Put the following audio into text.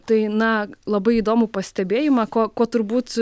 tai na labai įdomų pastebėjimą ko ko turbūt